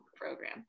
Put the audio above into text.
program